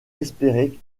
espérer